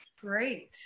Great